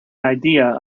idea